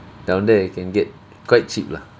down there you can get quite cheap lah